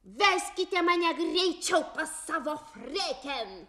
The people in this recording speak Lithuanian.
veskite mane greičiau pas savo freken